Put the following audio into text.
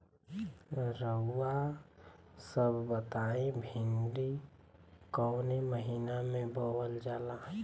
रउआ सभ बताई भिंडी कवने महीना में बोवल जाला?